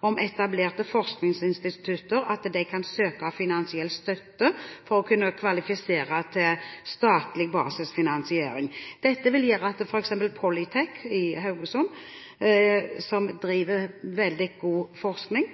at etablerte forskningsinstitutter kan søke finansiell støtte for å kunne kvalifisere til statlig basisfinansiering. Dette vil gjøre at f.eks. Polytec i Haugesund, som driver veldig god forskning,